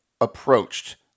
approached